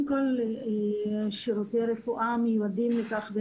לכן היינו מאוד שמחים